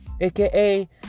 aka